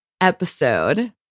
episode